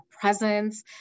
presence